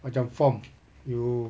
macam form you